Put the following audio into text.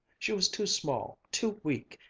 she was too small, too weak,